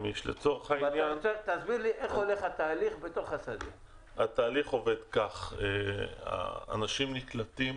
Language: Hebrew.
התהליך עובד כך: האנשים נקלטים,